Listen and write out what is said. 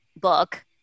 book